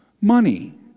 money